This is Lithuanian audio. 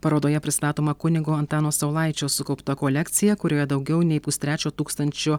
parodoje pristatoma kunigo antano saulaičio sukaupta kolekcija kurioje daugiau nei pustrečio tūkstančio